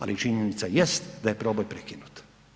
Ali, činjenica jest da je proboj prekinut.